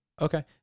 okay